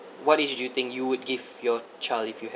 what do you think you would give your child if you